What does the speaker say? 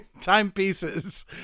timepieces